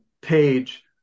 page